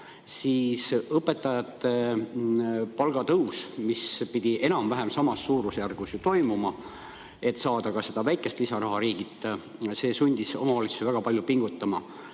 siis õpetajate palgatõus, mis pidi enam-vähem samas suurusjärgus toimuma, et saada ka seda väikest lisaraha riigilt, sundis omavalitsusi väga palju pingutama.